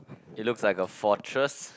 it looks like a fortress